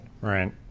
Right